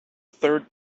third